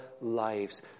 lives